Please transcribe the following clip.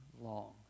long